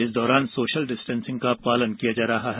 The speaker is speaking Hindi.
इस दौरान सोशल डिस्टेंसिंग का पालन किया जा रहा है